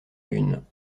lune